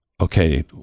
okay